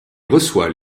reçoit